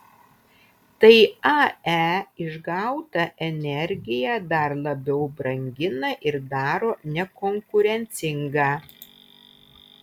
tai ae išgautą energiją dar labiau brangina ir daro nekonkurencingą